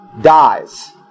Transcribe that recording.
dies